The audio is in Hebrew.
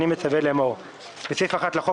אני מצווה לאמור: קביעת שיעור השכר הקובע בסעיף 1 לחוק,